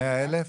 100 אלף?